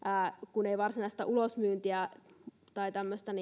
kun ei aikaisemmin ole ollut varsinaista ulosmyyntiä tai